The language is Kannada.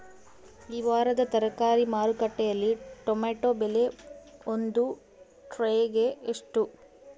ಈ ವಾರದ ತರಕಾರಿ ಮಾರುಕಟ್ಟೆಯಲ್ಲಿ ಟೊಮೆಟೊ ಬೆಲೆ ಒಂದು ಟ್ರೈ ಗೆ ಎಷ್ಟು?